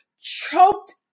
choked